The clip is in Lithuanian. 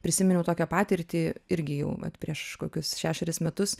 prisiminiau tokią patirtį irgi jau vat prieš kokius šešerius metus